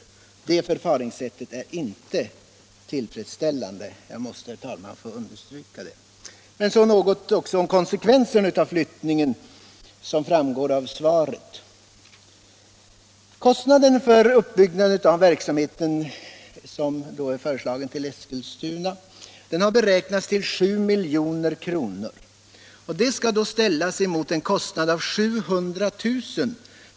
Ett sådant förfaringssätt är inte tillfredsställande — det måste jag, herr talman, få understryka. Jag vill också säga något om konsekvenserna av flyttningen. Kostnaden för uppbyggnaden av den nya verksamhet som nu är föreslagen till Eskilstuna har beräknats till 7 milj.kr. Detta skall ställas emot de 700 000 kr.